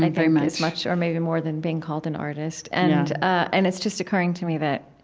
like very much, as much or maybe more than being called an artist. and and it's just occurring to me that